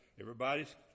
everybody's